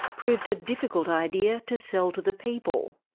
proved a difficult idea to sell to the people.